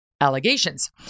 Allegations